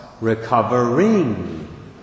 recovering